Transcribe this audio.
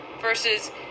versus